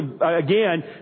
again